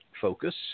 focus